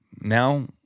now